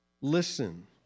Listen